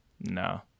no